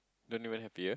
don't even have ear